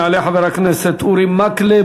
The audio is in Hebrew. יעלה חבר הכנסת אורי מקלב,